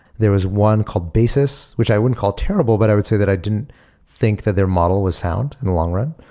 there was one called basis, which i wouldn't call terrible, but i would say that i didn't think that their model was sound in the long run.